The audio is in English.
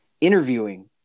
interviewing